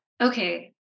okay